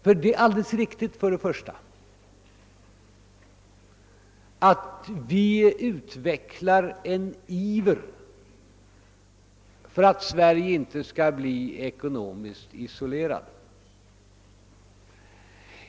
För det första är det alldeles riktigt att vi utvecklar en iver för att Sverige inte skall bli ekonomiskt isolerat.